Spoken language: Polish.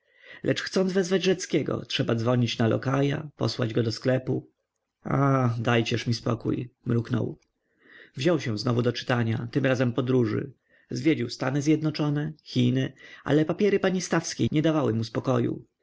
lecz chcąc wezwać rzeckiego trzeba dzwonić na lokaja posłać go do sklepu aaa dajcież mi spokój mruknął wziął się znowu do czytania tym razem podróży zwiedził stany zjednoczone chiny ale papiery pani stawskiej nie dawały mu spokoju